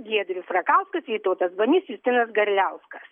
giedrius rakauskas vytautas banys justinas garliauskas